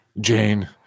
Jane